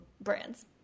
brands